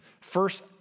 first